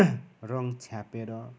रङ्ग छ्यापेर